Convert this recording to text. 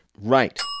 Right